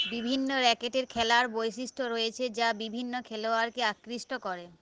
বিভিন্ন র্যাকেটের খেলার বৈশিষ্ট্য রয়েছে যা বিভিন্ন খেলোয়াড়কে আকৃষ্ট করে